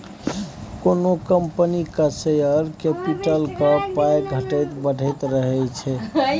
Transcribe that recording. कोनो कंपनीक शेयर कैपिटलक पाइ घटैत बढ़ैत रहैत छै